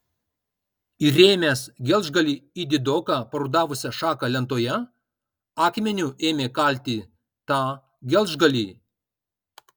įrėmęs gelžgalį į didoką parudavusią šaką lentoje akmeniu ėmė kalti tą gelžgalį